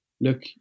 look